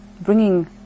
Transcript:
bringing